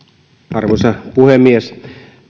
arvoisa puhemies